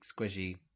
squishy